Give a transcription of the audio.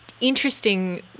interesting